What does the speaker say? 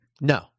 No